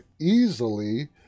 easily